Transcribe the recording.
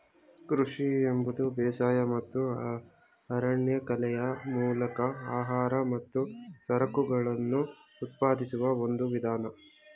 ಕೃಷಿ ಎಂಬುದು ಬೇಸಾಯ ಮತ್ತು ಅರಣ್ಯಕಲೆಯ ಮೂಲಕ ಆಹಾರ ಮತ್ತು ಸರಕುಗಳನ್ನು ಉತ್ಪಾದಿಸುವ ಒಂದು ವಿಧಾನ